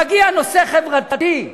מגיע נושא חברתי.